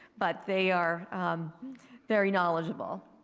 but they are very knowledgeable.